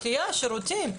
שתייה ושירותים.